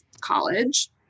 college